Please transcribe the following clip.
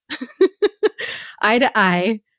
eye-to-eye